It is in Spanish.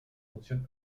función